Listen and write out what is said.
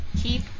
Keep